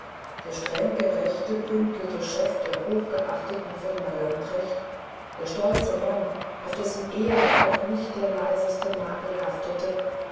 der strengrechtliche pünktliche chef der hochgeachteten firma lamprecht der stolze mann auf dessen ehre auch nicht der leiseste makel haftete